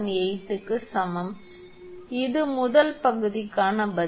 18 க்கு சமம் இது முதல் பகுதிக்கான பதில்